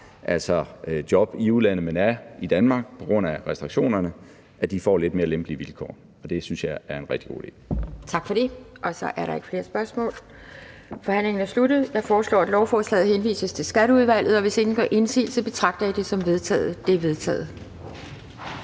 har job i udlandet, men er i Danmark på grund af restriktionerne, får lidt mere lempelige vilkår. Det synes jeg er en rigtig god idé. Kl. 11:44 Anden næstformand (Pia Kjærsgaard): Tak for det. Der er ikke flere spørgsmål, så forhandlingen er sluttet. Jeg foreslår, at lovforslaget henvises til Skatteudvalget. Hvis ingen gør indsigelse, betragter jeg det som vedtaget. Det er vedtaget.